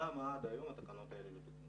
למה עד היום התקנות האלה לא תוקנו.